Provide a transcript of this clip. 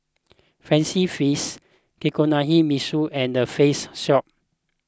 Fancy Feast Kinohimitsu and the Face Shop